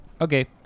Okay